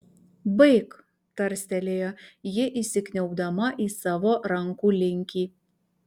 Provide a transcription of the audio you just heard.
baik tarstelėjo ji įsikniaubdama į savo rankų linkį